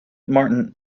martin